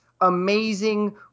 amazing